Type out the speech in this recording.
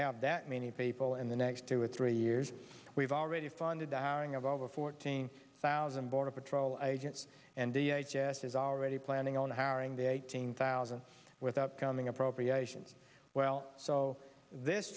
have that many people in the next two or three years we've already funded towering of over fourteen thousand border patrol agents and the h s is already planning on herring the eighteen thousand without coming appropriations well so this